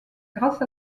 grâce